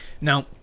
Now